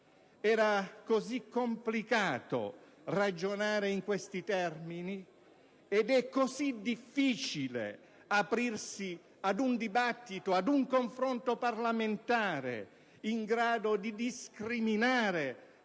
Era così complicato ragionare in questi termini ed è così difficile aprirsi ad un dibattito, ad un confronto parlamentare, in grado di discriminare